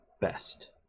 best